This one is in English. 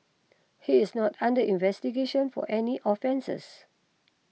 he is not under investigation for any offences